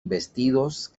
vestidos